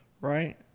right